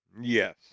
Yes